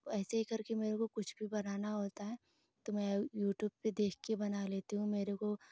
ऐसे ही करके मुझको कुछ भी बनाना होता है तो मैं यूट्यूब पर देख कर बना लेती हूँ मेरे को